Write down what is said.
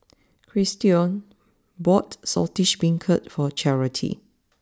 Christion bought Saltish Beancurd for Charity